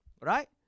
right